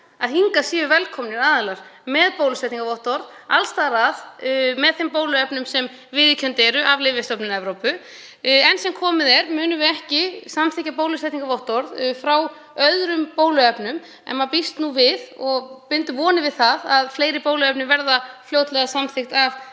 að hingað séu velkomnir aðilar með bólusetningarvottorð alls staðar að, með þeim bóluefnum sem viðurkennd eru af Lyfjastofnun Evrópu. Enn sem komið er munum við ekki samþykkja bólusetningarvottorð með öðrum bóluefnum. En maður býst við og bindur vonir við að fleiri bóluefni verði fljótlega samþykkt af